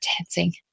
dancing